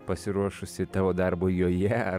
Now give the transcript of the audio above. pasiruošusi tavo darbui joje